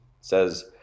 says